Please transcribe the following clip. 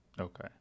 Okay